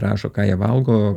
rašo ką jie valgo